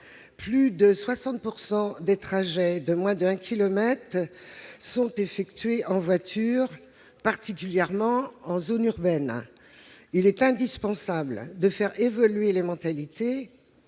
Plus de 60 % des trajets de moins de un kilomètre sont effectués en voiture, particulièrement en zone urbaine. Il est indispensable de faire évoluer les mentalités,